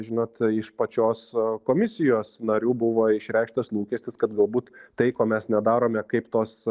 žinot iš pačios komisijos narių buvo išreikštas lūkestis kad galbūt tai ko mes nedarome kaip tos